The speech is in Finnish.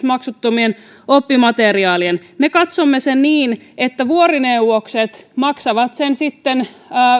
maksuttomien oppimateriaalien tulee kuulua siihen me katsomme sen niin että vuorineuvokset maksavat sen sitten